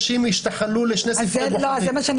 לאתר מעטפות כפולות של אנשים ששיקרו ואנשים שהצביעו כמה פעמים.